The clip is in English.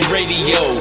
Radio